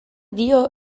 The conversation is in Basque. dio